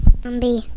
Zombie